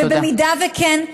ובמידה שכן,